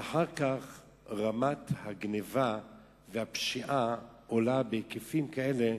ואחר כך רמת הגנבה והפשיעה עולות בהיקפים כאלה,